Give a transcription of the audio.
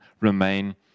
remain